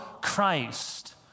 Christ